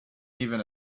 even